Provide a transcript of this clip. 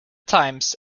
times